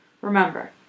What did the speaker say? Remember